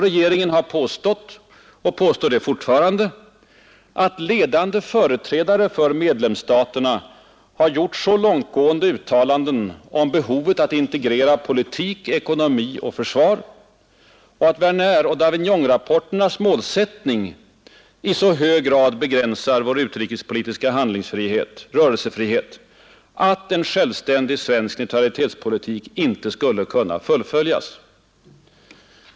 Regeringen har påstått och påstår fortfarande, att ledande företrädare för medlemsstaterna har gjort så långtgående uttalanden om behovet att integrera politik, ekonomi och försvar och att Werneroch Davignonrapporternas målsättning i så hög grad begränsar vår utrikespolitiska rörelsefrihet, att en självständig svensk neutralitetspolitik inte skulle kunna fullföljas.